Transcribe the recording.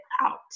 out